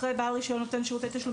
אחרי "בעל רישיון נותן שירותי תשלום